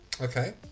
Okay